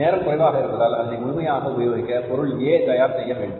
நேரம் குறைவாக இருப்பதால் அதனை முழுமையாக உபயோகிக்க பொருள் A தயார் செய்ய வேண்டும்